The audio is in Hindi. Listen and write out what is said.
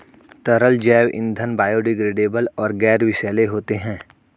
तरल जैव ईंधन बायोडिग्रेडेबल और गैर विषैले होते हैं